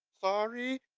Sorry